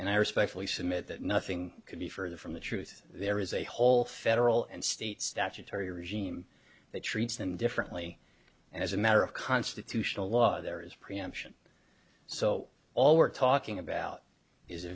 and i respectfully submit that nothing could be further from the truth there is a whole federal and state statutory regime that treats them differently and as a matter of constitutional law there is preemption so all we're talking about is a